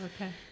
Okay